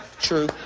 True